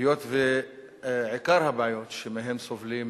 היות שעיקר הבעיות שמהן סובלים